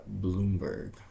Bloomberg